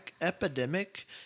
epidemic